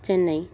Chennai